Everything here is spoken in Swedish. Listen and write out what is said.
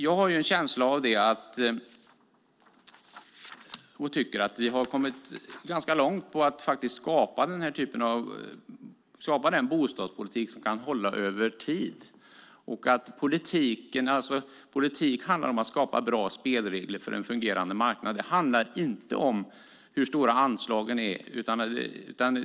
Jag har en känsla av och tycker att vi har kommit ganska långt i att faktiskt skapa den typ av bostadspolitik som kan hålla över tid. Politik handlar om att skapa bra spelregler för en fungerande marknad. Det handlar inte om hur stora anslagen är.